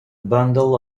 bundle